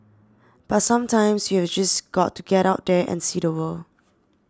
but sometimes you've just got to get out there and see the world